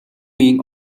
үеийн